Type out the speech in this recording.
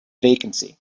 vacancy